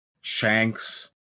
Shanks